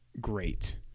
great